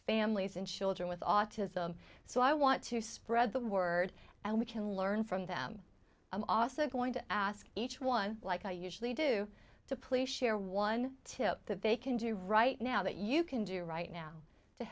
families and children with autism so i want to spread the word and we can learn from them i'm also going to ask each one like i usually do to please share one tip that they can do right now that you can do right now to